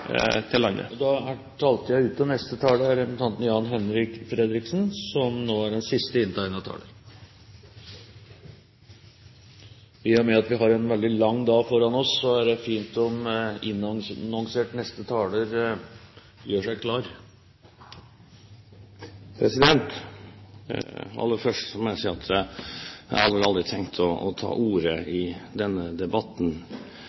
til landet. I og med at vi har en veldig lang dag foran oss, er det fint om neste annonserte taler gjør seg klar. Aller først må jeg si at jeg hadde vel aldri tenkt å ta ordet